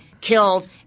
killed